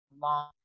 long